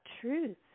truth